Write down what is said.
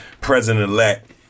President-elect